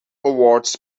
awards